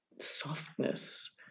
softness